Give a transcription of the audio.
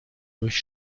durch